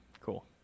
Cool